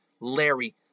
Larry